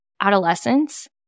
adolescence